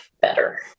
better